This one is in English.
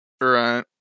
Right